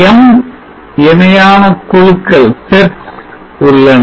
M இணையான குழுக்கள் உள்ளன